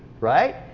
Right